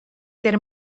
der